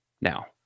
now